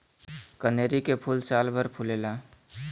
कनेरी के फूल सालभर फुलेला